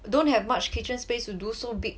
don't have much kitchen space to do so big